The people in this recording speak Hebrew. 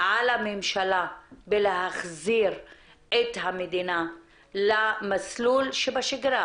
על הממשלה בלהחזיר את המדינה למסלול שבשגרה,